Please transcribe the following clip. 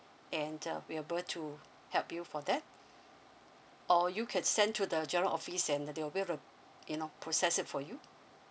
and uh we'll able to help you for that or you can send to the general office and they'll able to you know process it for you